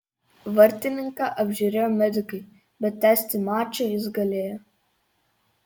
vartininką apžiūrėjo medikai bet tęsti mačą jis galėjo